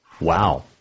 Wow